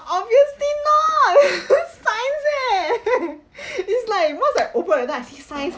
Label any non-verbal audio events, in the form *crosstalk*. obviously not *laughs* science eh *laughs* *breath* it's like once I open the letter I see science